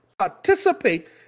participate